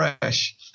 fresh